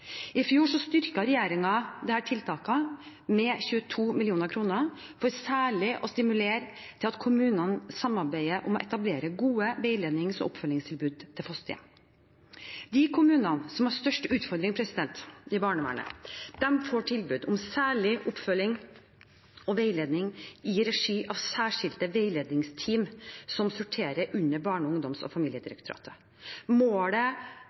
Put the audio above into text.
med 22 mill. kr for særlig å stimulere til at kommunene samarbeider om å etablere gode veilednings- og oppfølgingstilbud til fosterhjem. De kommunene som har størst utfordringer i barnevernet, får tilbud om særlig oppfølging og veiledning i regi av særskilte veiledningsteam som sorterer under Barne-, ungdoms- og familiedirektoratet. Målet